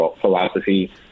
philosophy